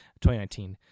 2019